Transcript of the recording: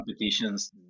competitions